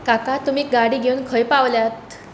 काका तुमी गाडी घेवन खंय पावल्यात